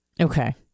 Okay